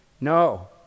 No